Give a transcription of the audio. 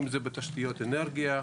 אם זה בתשתיות אנרגיה,